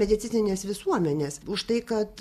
medicininės visuomenės už tai kad